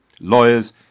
Lawyers